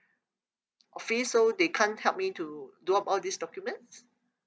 office so they can't help me to do up all this document